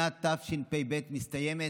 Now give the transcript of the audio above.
שנת תשפ"ב, מסתיימת,